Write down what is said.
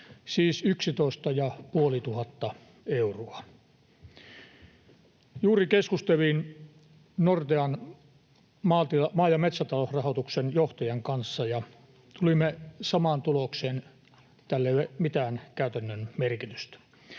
siis 11 500 euroa. Juuri keskustelin Nordean maa- ja metsätalousrahoituksen johtajan kanssa, ja tulimme samaan tulokseen: tällä ei ole mitään käytännön merkitystä.